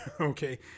okay